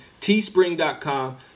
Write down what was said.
Teespring.com